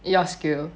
your skill